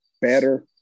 better